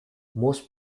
most